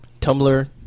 Tumblr